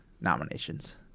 nominations